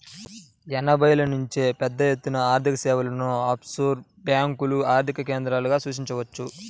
ఎనభైల నుంచే పెద్దఎత్తున ఆర్థికసేవలను ఆఫ్షోర్ బ్యేంకులు ఆర్థిక కేంద్రాలుగా సూచించవచ్చు